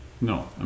No